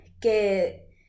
que